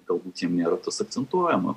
galbūt jiem nėra tas akcentuojama